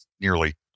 nearly